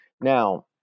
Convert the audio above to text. Now